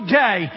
day